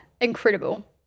incredible